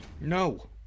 No